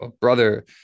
brother